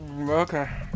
okay